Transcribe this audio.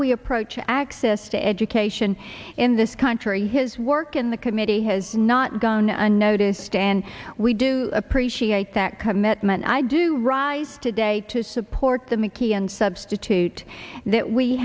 we approach access to education in this country his work in the committee has not gone unnoticed and we do appreciate that commitment i do rise today to support the mckeon substitute that we